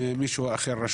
אלא מישהו אחר.